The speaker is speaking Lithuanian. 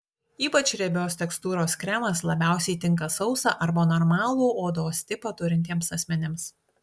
ypač riebios tekstūros kremas labiausiai tinka sausą arba normalų odos tipą turintiems asmenims